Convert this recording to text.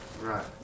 Right